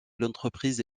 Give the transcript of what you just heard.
l’entreprise